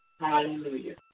Hallelujah